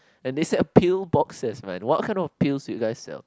and they sell pill boxes man what kind of pills you guys sell